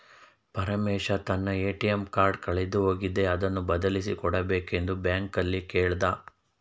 ಪರಮೇಶ ತನ್ನ ATM card ಕಳೆದು ಹೋಗಿದೆ ಅದನ್ನು ಬದಲಿಸಿ ಕೊಡಬೇಕೆಂದು ಬ್ಯಾಂಕಲ್ಲಿ ಕೇಳ್ದ